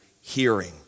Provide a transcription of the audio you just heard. hearing